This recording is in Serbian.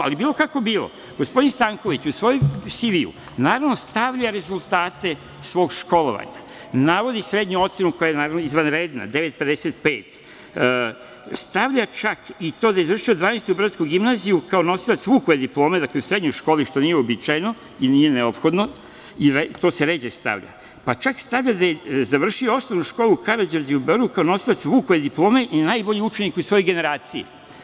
Ali, bilo kako bilo, gospodin Stanković u svom CV namerno stavlja rezultate svog školovanja, navodi srednju ocenu koja je izvanredna 9.55, stavlja čak i to da je završio Dvanaestu beogradsku gimnaziju kao nosilaca Vukove diplome, dakle u srednjoj školi, što nije uobičajeno, i nije neophodno, to se ređe stavlja, pa čak stavlja da je završio osnovnu školu Karađorđe u Beogradu, kao nosilac Vukove diplome i najbolji učenik u svojoj generaciji.